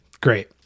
Great